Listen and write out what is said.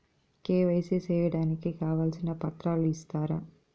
KYC సేయడానికి కావాల్సిన పత్రాలు ఇస్తారా?